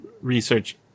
research